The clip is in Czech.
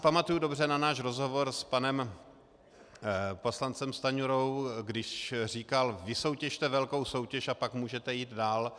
Pamatuji si dobře na náš rozhovor s panem poslancem Stanjurou, když říkal vysoutěžte velkou soutěž a pak můžete jít dál.